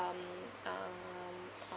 um uh uh